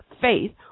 faith